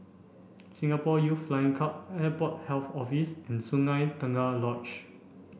Singapore Youth Flying Club Airport Health Office and Sungei Tengah Lodge